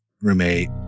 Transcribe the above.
roommate